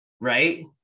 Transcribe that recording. Right